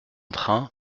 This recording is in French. train